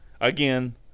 Again